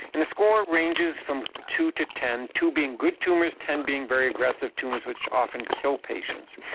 and score ranges from two to ten, two being good tumours, ten being very aggressive tumours which often kill patients.